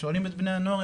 כששואלים את בני הנוער,